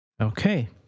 okay